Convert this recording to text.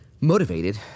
motivated